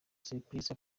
siripurize